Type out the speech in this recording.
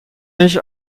nicht